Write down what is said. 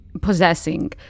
possessing